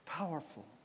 powerful